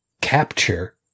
capture